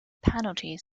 penalty